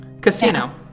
casino